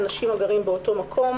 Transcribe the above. "אנשים הגרים באותו מקום"